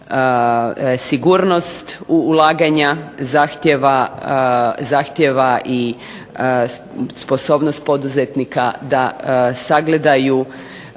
sigurnost u ulaganja, zahtjeva i sposobnost poduzetnika da sagledaju